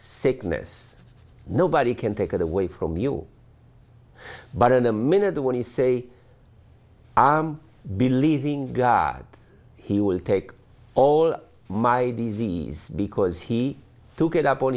sickness nobody can take it away from you but in a minute when you say i believe in god he will take all my disease because he took it upon